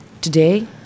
Today